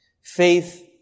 Faith